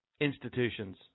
Institutions